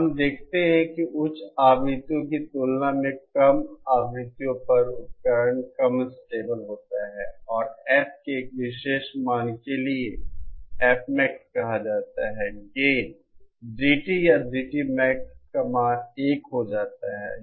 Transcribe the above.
और हम देखते हैं कि उच्च आवृत्तियों की तुलना में कम आवृत्तियों पर उपकरण कम स्टेबल होता है और F के एक विशेष मान के लिए Fmax कहा जाता है गेन GT या GTmax का मान एक हो जाता है